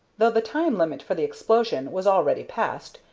though the time-limit for the explosion was already passed,